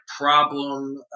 problem